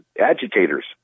agitators